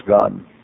God